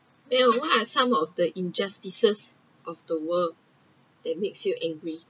there are what some of the injustices of the world that makes you angry